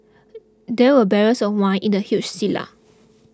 there were barrels of wine in the huge cellar